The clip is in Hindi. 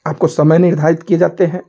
आपको समय निर्धारित किए जाते हैं